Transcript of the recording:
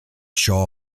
shaw